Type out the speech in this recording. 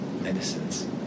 medicines